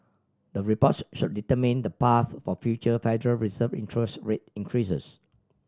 the reports should determine the path for future Federal Reserve interest rate increases